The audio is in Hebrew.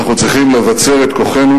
אנחנו צריכים לבצר את כוחנו,